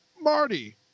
Marty